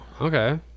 okay